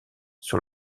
sur